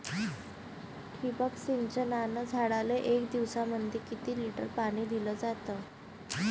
ठिबक सिंचनानं झाडाले एक दिवसामंदी किती लिटर पाणी दिलं जातं?